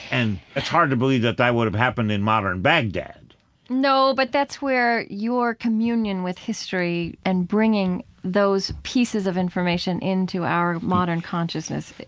and it's hard to believe that that would have happened in modern baghdad no, but that's where your communion with history and bringing those pieces of information into our modern consciousness is